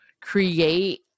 create